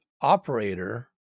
operator